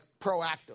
proactive